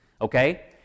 okay